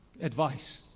advice